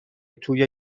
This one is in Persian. توی